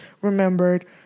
remembered